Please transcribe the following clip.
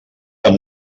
amb